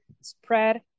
spread